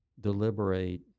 deliberate